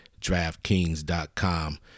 DraftKings.com